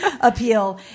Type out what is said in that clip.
appeal